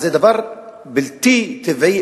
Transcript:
אז זה דבר בלתי טבעי,